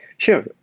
sure.